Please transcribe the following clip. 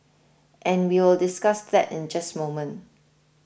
and we'll discuss that in just moment